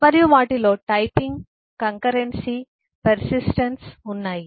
మరియు వాటిలో typing concurrency persistence ఉన్నాయి